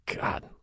God